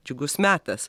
džiugus metas